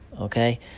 okay